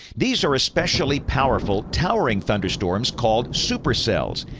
these are especially powerful, towering thunderstorms called supercells.